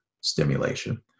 stimulation